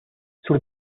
sur